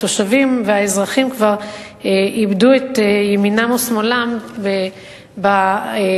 התושבים והאזרחים כבר איבדו את ימינם ושמאלם בתהליכים